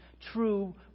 true